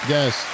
Yes